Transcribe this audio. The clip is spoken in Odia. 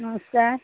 ନମସ୍କାର